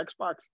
Xbox